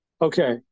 Okay